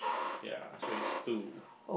ya so it's two